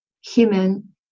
human